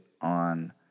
on